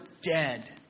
dead